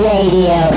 Radio